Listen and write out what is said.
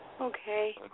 Okay